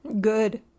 Good